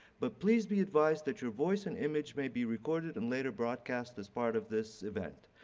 but please be advised that your voice and image may be recorded and later broadcast as part of this event.